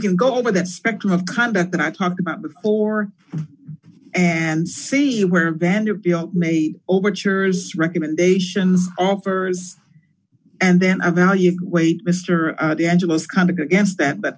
can go over the spectrum of conduct that i talked about before and see where band you've made overtures recommendations offers and then i value wait mr the angelus kind against that but